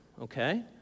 okay